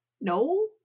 No